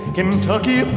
Kentucky